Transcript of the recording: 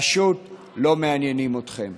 פשוט לא מעניינים אתכם,